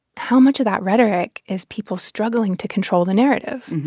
how much of that rhetoric is people struggling to control the narrative?